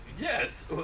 Yes